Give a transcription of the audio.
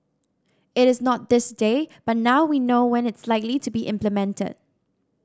it is not this day but now we know when it's likely to be implemented